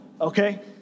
okay